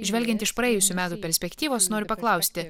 žvelgiant iš praėjusių metų perspektyvos noriu paklausti